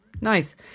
Nice